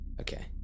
Okay